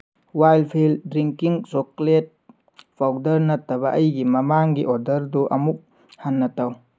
Weikfield drinking chocolate powder ꯅꯠꯇꯕ ꯑꯩꯒꯤ ꯃꯃꯥꯡꯒꯤ ꯑꯣꯗꯔꯗꯨ ꯑꯃꯨꯛ ꯍꯟꯅ ꯇꯧ